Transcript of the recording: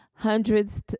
Hundreds